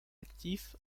actif